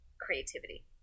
creativity